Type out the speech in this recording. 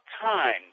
time